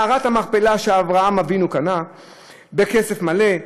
מערת המכפלה, שאברהם אבינו קנה בכסף מלא,